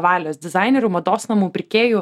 valios dizainerių mados namų pirkėjų